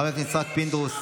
חבר הכנסת יצחק פינדרוס,